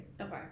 okay